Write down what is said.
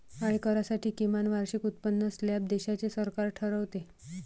आयकरासाठी किमान वार्षिक उत्पन्न स्लॅब देशाचे सरकार ठरवते